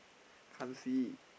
can't see